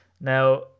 Now